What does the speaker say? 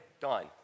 done